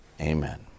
Amen